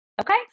Okay